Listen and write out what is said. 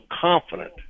confident